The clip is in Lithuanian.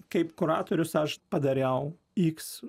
kaip kuratorius aš padariau iks